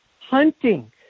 Hunting